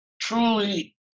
truly